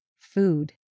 food